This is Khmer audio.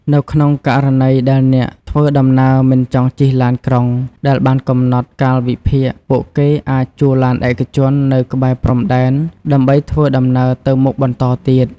នៅក្នុងករណីដែលអ្នកធ្វើដំណើរមិនចង់ជិះឡានក្រុងដែលបានកំណត់កាលវិភាគ ពួកគេអាចជួលឡានឯកជននៅក្បែរព្រំដែនដើម្បីធ្វើដំណើរទៅមុខបន្តទៀត។